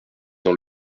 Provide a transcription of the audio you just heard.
dans